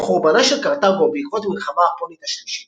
עם חורבנה של קרתגו בעקבות המלחמה הפונית השלישית